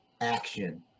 action